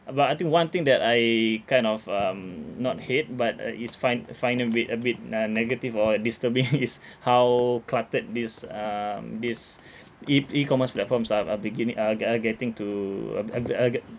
uh but I think one thing that I kind of um not hate but uh it's find find a bit a bit uh negative or disturbing is how cluttered this um this e~ E_commerce platforms are are beginning uh g~ uh getting to